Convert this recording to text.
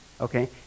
Okay